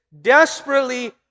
desperately